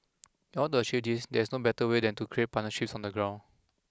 in order to achieve this there is no better way than to create partnerships on the ground